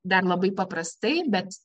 dar labai paprastai bet